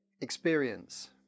experience